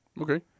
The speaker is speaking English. Okay